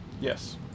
Yes